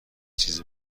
چیز